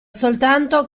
soltanto